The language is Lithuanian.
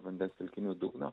vandens telkinių dugno